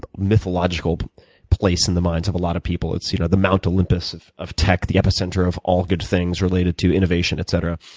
mythological place in the minds of a lot of people. it's you know the mount olympus of of tech, the epicenter of all good things related to innovation, etcetera.